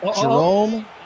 Jerome